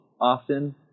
often